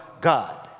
God